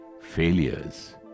failures